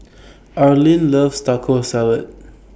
Arlin loves Taco Salad